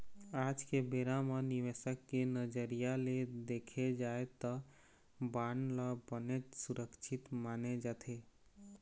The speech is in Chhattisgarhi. आज के बेरा म निवेसक के नजरिया ले देखे जाय त बांड ल बनेच सुरक्छित माने जाथे